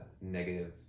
negative